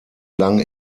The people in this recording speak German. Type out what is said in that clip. lang